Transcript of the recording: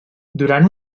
durant